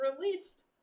released